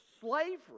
slavery